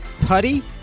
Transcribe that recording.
Putty